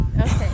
Okay